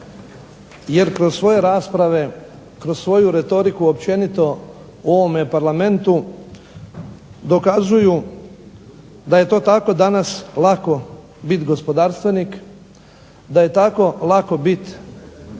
jer kroz svoje rasprave, kroz svoju retoriku općenito u ovome Parlamentu dokazuju da je to tako danas lako bit gospodarstvenik, da je tako lako bit i obnašati